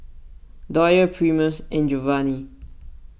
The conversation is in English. Doyle Primus and Jovanny